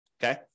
Okay